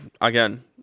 again